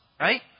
right